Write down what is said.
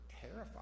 terrified